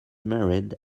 married